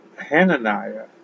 Hananiah